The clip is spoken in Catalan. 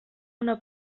una